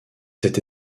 cet